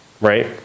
right